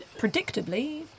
predictably